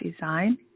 design